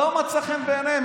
לא מצא חן בעיניהם.